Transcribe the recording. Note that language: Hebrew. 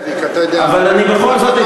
אני בכל זאת,